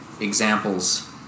examples